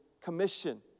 commission